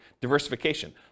diversification